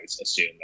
assume